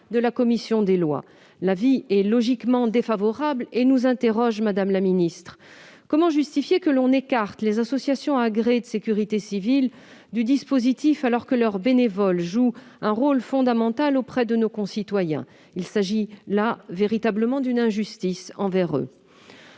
de la commission des lois ; l'avis est logiquement défavorable. Cependant, nous ne pouvons que nous interroger, madame la ministre. Comment justifier que l'on écarte les associations agréées de sécurité civile du dispositif, alors que leurs bénévoles jouent un rôle fondamental auprès de nos concitoyens ? Il s'agit là d'une grande injustice à leur